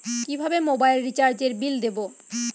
কিভাবে মোবাইল রিচার্যএর বিল দেবো?